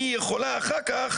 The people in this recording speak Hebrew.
היא יכולה אחר כך,